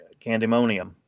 candemonium